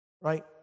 Right